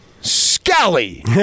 Scally